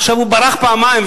עכשיו הוא ברח פעמיים,